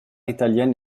italienne